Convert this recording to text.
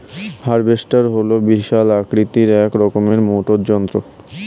harvester হল বিশাল আকৃতির এক রকমের মোটর যন্ত্র